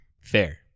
Fair